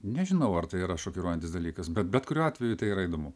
nežinau ar tai yra šokiruojantis dalykas bet bet kuriuo atveju tai yra įdomu